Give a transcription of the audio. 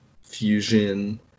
fusion